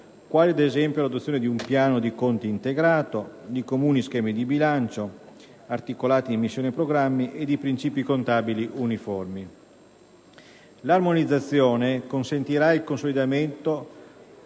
quali, ad esempio, l'adozione di un piano di conti integrato, di comuni schemi di bilancio (articolati in missioni e programmi) e di principi contabili uniformi. L'armonizzazione consentirà un più facile consolidamento